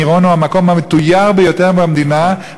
מירון הוא המקום המתויר ביותר במדינה.